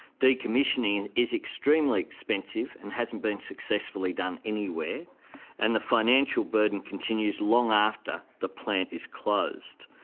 decommissioning is extremely expensive and hasn't been successfully done anywhere and the financial burden continues long after the plant is closed.